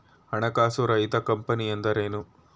ಹಣಕಾಸು ರಹಿತ ಕಂಪನಿ ಎಂದರೇನು?